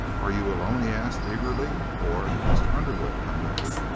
are you alone? he asked, eagerly, or did mr. underwood come with you?